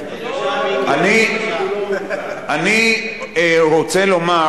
אני רוצה לומר